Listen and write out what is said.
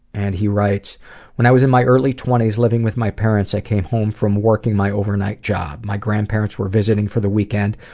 and he writes when i was in my early twenty s, living with my parents, i came home from working my overnight job. my grandparents were visiting for the weekend,